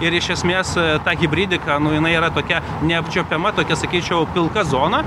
ir iš esmės ta hibridika nu jinai yra tokia neapčiuopiama tokia sakyčiau pilka zona